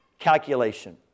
Calculation